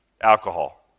alcohol